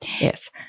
Yes